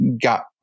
got